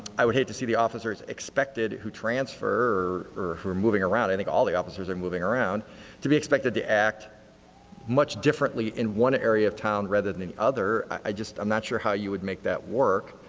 i would hate to see the officers expected who transfer or who are moving around i think all of the officers are moving around to be expected to act much differently in one area of town rather than the other. i just i'm not sure how you would make that work.